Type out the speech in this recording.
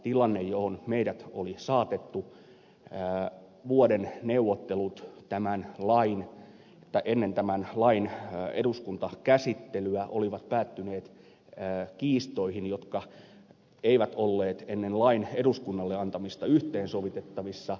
tilanne johon meidät oli saatettu oli se että vuoden neuvottelut ennen tämän lain eduskuntakäsittelyä olivat päättyneet kiistoihin jotka eivät olleet ennen lain eduskunnalle antamista yhteensovitettavissa